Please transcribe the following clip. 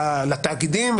זה לתאגידים,